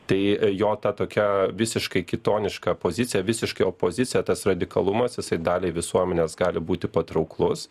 tai jo ta tokia visiškai kitoniška pozicija visiškai opozicija tas radikalumas jisai daliai visuomenės gali būti patrauklus